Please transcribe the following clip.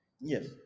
Yes